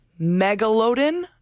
megalodon